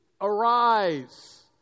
Arise